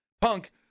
Punk